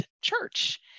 church